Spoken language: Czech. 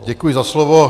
Děkuji za slovo.